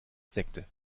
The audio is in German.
sekte